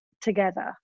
together